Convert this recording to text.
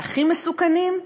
והכי מסוכנים,